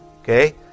okay